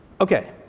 okay